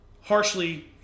harshly